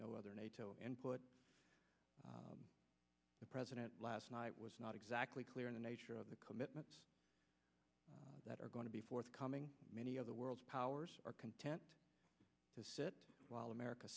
no other nato input the president last night was not exactly clear in the nature of the commitments that are going to be forthcoming many of the world powers are content to sit while america